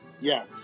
Yes